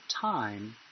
time